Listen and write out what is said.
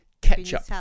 Ketchup